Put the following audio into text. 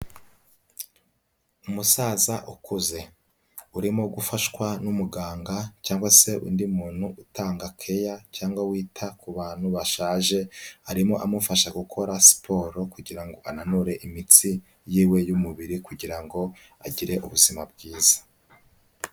Umusaza ukuze. Urimo gufashwa n'umuganga, cyangwa se undi muntu utanga care, cyangwa wita ku bantu bashaje, arimo amufasha gukora siporo, kugira ngo ananure imitsi y'iwe y'umubiri, kugira ngo, agire ubuzima bwiza.